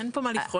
אין פה מה לבחון,